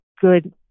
good